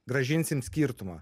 grąžinsim skirtumą